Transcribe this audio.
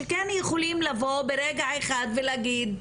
שכן יכולים לבוא ברגע אחד ולהגיד,